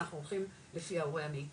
אנחנו הולכים לפי ההורה המיטיב,